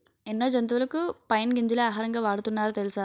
ఎన్నో జంతువులకు పైన్ గింజలే ఆహారంగా వాడుతున్నారు తెలుసా?